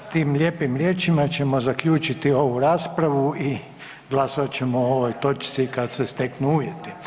Evo s tim lijepim riječima ćemo zaključiti ovu raspravu i glasovat ćemo o ovoj točci kad se steknu uvjeti.